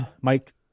mike